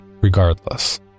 regardless